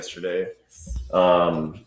yesterday